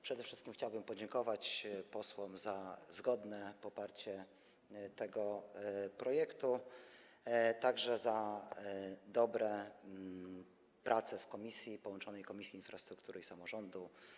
Przede wszystkim chciałbym podziękować posłom za zgodne poparcie tego projektu, także za dobre prace w połączonych komisjach infrastruktury i samorządu.